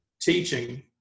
teaching